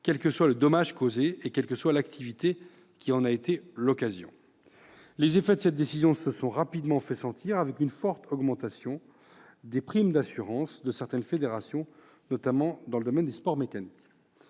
quel que soit le dommage causé et quelle que soit l'activité qui en a été l'occasion. Les effets de cette décision se sont rapidement fait sentir avec une forte augmentation des primes d'assurance de certaines fédérations, notamment en matière de sport mécanique.